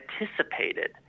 anticipated